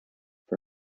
for